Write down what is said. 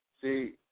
See